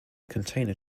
container